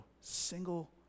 single